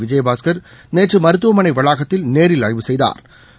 விஜயபாஸ்கர் நேற்று மருத்துவமனை வளாகத்தில் நேரில் ஆய்வு செய்தாா்